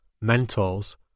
mentors